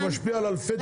זה משפיע על אלפי תיקים.